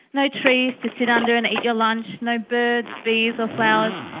no trees to sit under and eat your lunch, no birds, bees or flowers.